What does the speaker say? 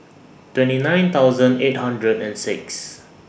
twenty nine thousand eight hundred and six